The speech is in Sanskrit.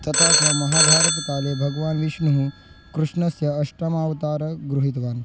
तथा च महाभारतकाले भगवान् विष्णुः कृष्णस्य अष्टमावतारः गृहीतवान्